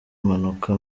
impanuka